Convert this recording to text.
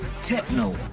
techno